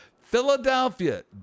Philadelphia